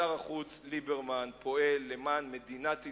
שר החוץ ליברמן פועל למען מדינת ישראל,